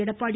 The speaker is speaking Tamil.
எடப்பாடி